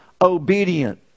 Obedient